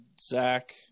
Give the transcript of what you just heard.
Zach